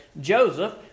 Joseph